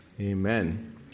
Amen